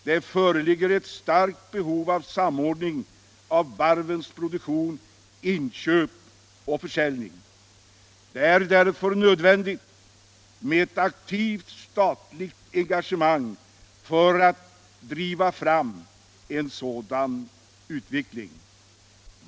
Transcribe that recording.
Det föreligger ett starkt behov av samordning av varvens produktion, inköp och försäljning. Det är därför nödvändigt med ett aktivt statligt engagemang för att driva fram en sådan utveckling.